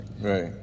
Right